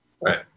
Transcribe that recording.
Right